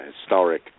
historic